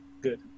good